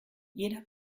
jeder